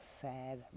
sad